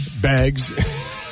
bags